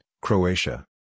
Croatia